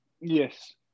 Yes